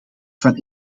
van